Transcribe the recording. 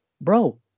bro